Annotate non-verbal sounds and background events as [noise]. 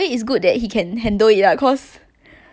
[noise]